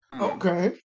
Okay